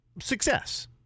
success